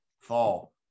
Fall